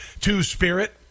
two-spirit